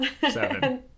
seven